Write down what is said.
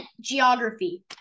geography